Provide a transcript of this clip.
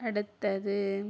அடுத்தது